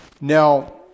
Now